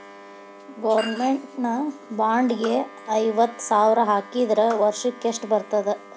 Government bond ಗೆ ಐವತ್ತ ಸಾವ್ರ್ ಹಾಕಿದ್ರ ವರ್ಷಕ್ಕೆಷ್ಟ್ ಬರ್ತದ?